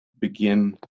begin